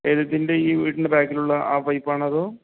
ഏത് ഇതിൻ്റെ ഈ വീടിൻ്റെ ബാക്കിലുള്ള ആ പൈപ്പ് ആണോ അതോ